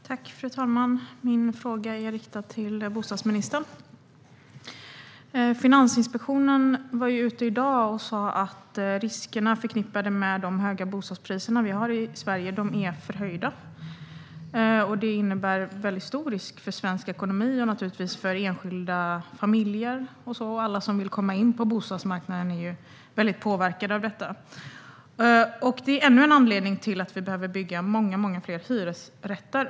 Fru talman! Jag riktar min fråga till bostadsministern. Finansinspektionen sa i dag att riskerna förknippade med de höga bostadspriserna i Sverige är förhöjda. Det innebär stor risk för svensk ekonomi och givetvis för enskilda familjer. Alla som vill komma in på bostadsmarknaden påverkas ju av detta, och det är ännu en anledning till att vi behöver bygga många fler hyresrätter.